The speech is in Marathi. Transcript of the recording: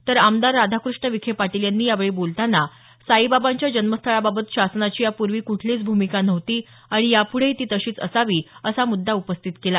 तर आमदार राधाकृष्ण विखे पाटील यांनी यावेळी बोलताना साईबाबांच्या जन्मस्थळाबाबत शासनाची यापूर्वी कुठलीच भूमिका नव्हती आणि यापूढेही ती तशीच असावी असा मुद्दा उपस्थित केला